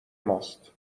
ماست